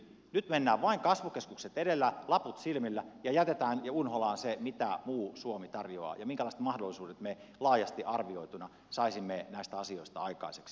nyt mennään vain kasvukeskukset edellä laput silmillä ja jätetään unholaan se mitä muu suomi tarjoaa ja minkälaiset mahdollisuudet me laajasti arvioituna saisimme näistä asioista aikaiseksi